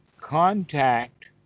contact